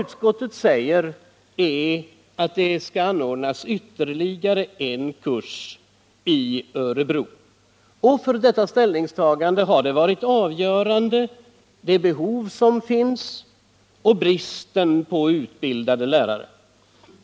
Utskottet framhåller att ytterligare en kurs skall anordnas i Örebro, och avgörande för detta ställningstagande har varit det behov som finns av utbildade lärare och bristen på sådana.